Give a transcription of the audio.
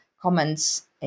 comments